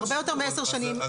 הרבה יותר מעשר שנים,